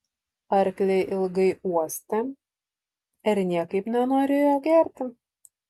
arkliai ilgai uostė ir niekaip nenorėjo gerti